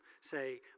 say